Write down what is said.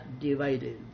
divided